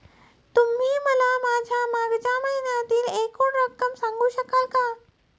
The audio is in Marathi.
तुम्ही मला माझ्या मागच्या महिन्यातील एकूण रक्कम सांगू शकाल का?